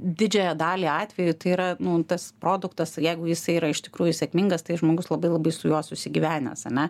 didžiąją dalį atvejų tai yra nu tas produktas jeigu jisai yra iš tikrųjų sėkmingas tai žmogus labai labai su juo susigyvenęs ane